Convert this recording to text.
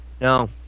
No